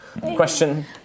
Question